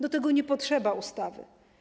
Do tego nie potrzeba ustawy.